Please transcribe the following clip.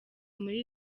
muri